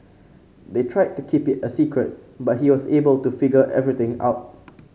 they tried to keep it a secret but he was able to figure everything out